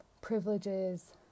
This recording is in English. privileges